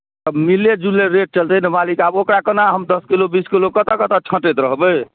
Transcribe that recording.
आब मिले जुले रेट चलतै ने मालिक आब ओकरा कोना हम दस किलो बीस किलो कतय कतय छँटैत रहबै